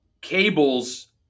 cables